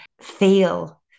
feel